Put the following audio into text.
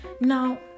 now